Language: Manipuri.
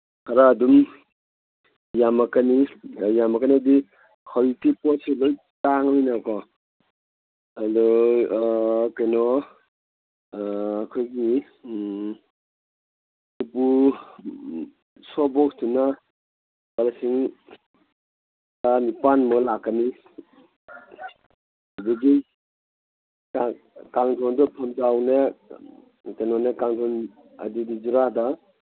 ꯈꯔ ꯑꯗꯨꯝ ꯌꯥꯝꯃꯛꯀꯅꯤ ꯌꯥꯝꯃꯛꯀꯅꯦꯗꯤ ꯍꯧꯖꯤꯛꯇꯤ ꯄꯣꯠꯁꯦ ꯂꯣꯏꯅ ꯇꯥꯡꯉꯕꯅꯤꯅꯀꯣ ꯑꯗꯣ ꯀꯩꯅꯣ ꯑꯩꯈꯣꯏꯒꯤ ꯎꯄꯨ ꯁꯣ ꯕꯣꯛꯁꯇꯨꯅ ꯂꯨꯄꯥ ꯂꯤꯁꯤꯡ ꯇꯔꯥꯅꯤꯄꯥꯟꯃꯨꯛ ꯂꯥꯛꯀꯅꯤ ꯑꯗꯒꯤ ꯀꯥꯡꯗꯣꯟꯗ ꯐꯝꯖꯥꯎꯅꯦ ꯀꯩꯅꯣꯅꯦ ꯀꯥꯡꯗꯣꯟ ꯑꯗꯨꯒꯤ ꯖꯨꯔꯥꯗ